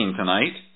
tonight